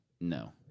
No